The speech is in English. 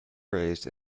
raised